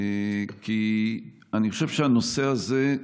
כי אני חושב שהדבר הזה,